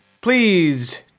please